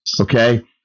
Okay